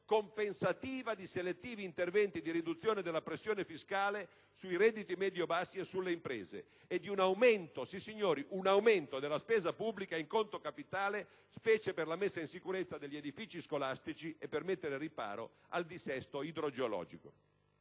compensativa di selettivi interventi di riduzione della pressione fiscale sui redditi medio-bassi e sulle imprese e di un aumento - sissignori! - della spesa pubblica in conto capitale, specie per la messa in sicurezza degli edifici scolastici e per mettere riparo al dissesto idrogeologico.